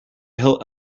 hilt